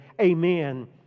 amen